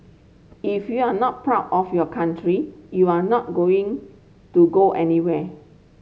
if you are not proud of your country you are not going to go anywhere